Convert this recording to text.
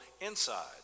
inside